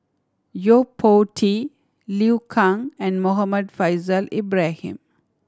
Yo Po Tee Liu Kang and Muhammad Faishal Ibrahim